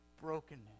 Brokenness